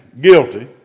guilty